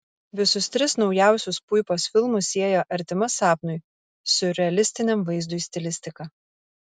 visus tris naujausius puipos filmus sieja artima sapnui siurrealistiniam vaizdui stilistika